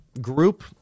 group